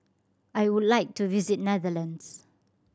I would like to visit Netherlands